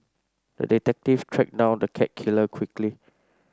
the detective tracked down the cat killer quickly